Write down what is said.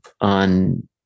on